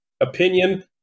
opinion